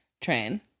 train